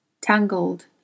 tangled